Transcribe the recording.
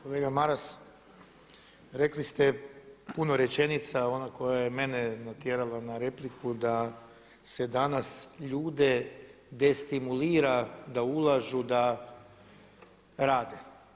Kolega Maras rekli ste puno rečenica, a ona koja je mene natjerala na repliku da se danas ljude destimulira da ulažu da rade.